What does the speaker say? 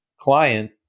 client